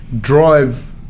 drive